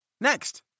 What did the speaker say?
Next